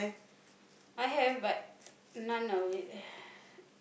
I have but none of it